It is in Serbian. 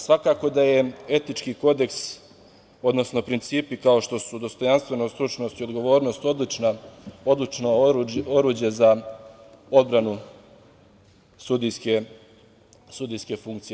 Svakako da je etički kodeks, odnosno principi kao što su dostojanstvenost, stručnost i odgovornost odlično oruđe za odbranu sudijske funkcije.